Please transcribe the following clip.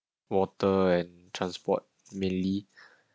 water and transport mainly